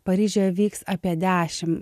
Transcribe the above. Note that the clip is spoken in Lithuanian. paryžiuje vyks apie dešim